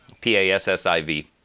P-A-S-S-I-V